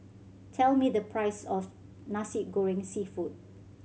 tell me the price of Nasi Goreng Seafood